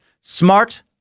Smart